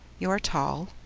you are tall.